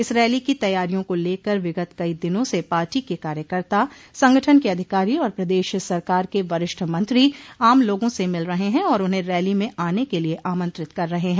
इस रैली की तैयारियों को लेकर विगत कई दिनों से पार्टी के कार्यकर्ता संगठन के अधिकारी और प्रदेश सरकार के वरिष्ठ मंत्री आम लोगों से मिल रहे हैं और उन्हें रैली में आने के लिये आमंत्रित कर रहे हैं